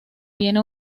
tiene